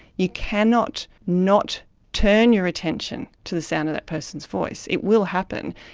you cannot not turn your attention to the sound of that person's voice. it will happen.